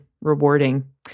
rewarding